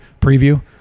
preview